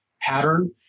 pattern